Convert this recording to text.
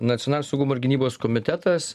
nacionalinio saugumo ir gynybos komitetas